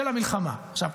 עכשיו,